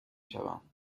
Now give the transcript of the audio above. شوم